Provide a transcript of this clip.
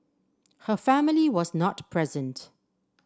her family was not present